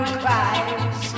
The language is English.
cries